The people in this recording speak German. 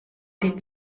die